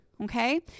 Okay